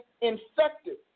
infected